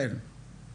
תן לנו סקירה.